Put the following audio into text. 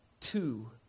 two